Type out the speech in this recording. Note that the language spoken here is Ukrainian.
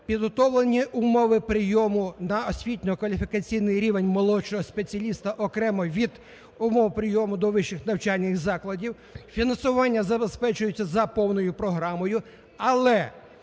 підготовлені умови прийому на освітньо-кваліфікаційний рівень молодшого спеціаліста окремо від умов прийому до вищих навчальних закладів, фінансування забезпечується за повною програмою. Але…